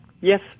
yes